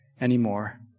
anymore